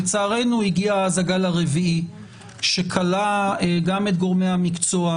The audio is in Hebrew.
לצערנו הגיע אז הגל הרביעי שכלא גם את גורמי המקצוע,